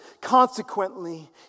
Consequently